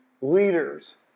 Leaders